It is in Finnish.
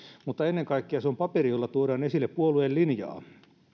mutta ennen kaikkea se on paperi jolla tuodaan esille puolueen linjaa